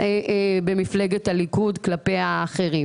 במפלגת הליכוד כלפי האחרים.